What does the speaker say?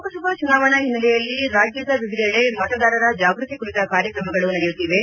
ಲೋಕಸಭಾ ಚುನಾವಣಾ ಹಿನ್ನೆಲೆಯಲ್ಲಿ ರಾಜ್ಯದ ವಿವಿಧೆಡೆ ಮತದಾರರ ಜಾಗೃತಿ ಕುರಿತ ಕಾರ್ಯಕ್ರಮಗಳು ನಡೆಯುತ್ತಿವೆ